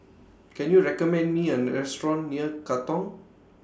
Can YOU recommend Me A Restaurant near Katong